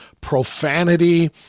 profanity